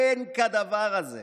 אין כדבר הזה.